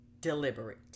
deliberate